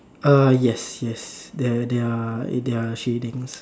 uh yes yes there there're there're shadings